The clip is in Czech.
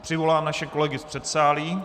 Přivolám naše kolegy z předsálí.